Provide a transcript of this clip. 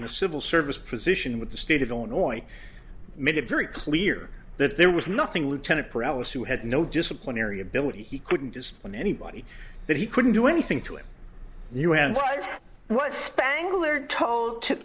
in a civil service position with the state of illinois made it very clear that there was nothing lieutenant for alice who had no disciplinary ability he couldn't just let anybody that he couldn't do anything to him you had was what spangler told to